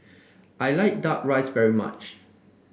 I like duck rice very much